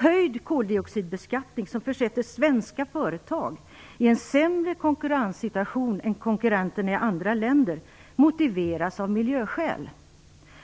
Höjd koldioxidbeskattning, som försätter svenska företag i en sämre konkurrenssituation än konkurrenterna i andra länder, motiveras av miljöskäl.